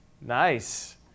Nice